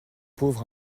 pauvre